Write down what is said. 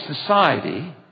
society